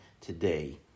today